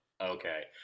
okay